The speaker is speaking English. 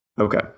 Okay